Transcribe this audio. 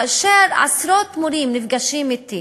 כאשר עשרות מורים נפגשים אתי